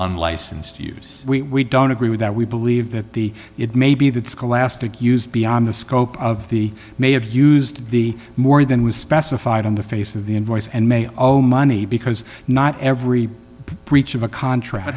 unlicensed use we don't agree with that we believe that the it may be that scholastic used beyond the scope of the may have used the more than was specified on the face of the invoice and may owe money because not every breach of a contract